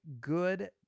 good